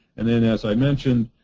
and then, as i mentioned,